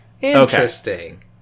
interesting